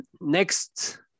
next